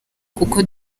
kuko